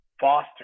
foster